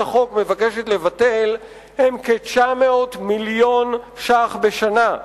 החוק מבקשת לבטל הן כ-900 מיליון ש"ח בשנה.